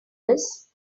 this